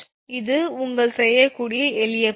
இது நீங்கள் செய்யக்கூடிய எளிய பணி